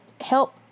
help